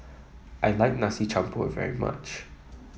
I like Nasi Campur very much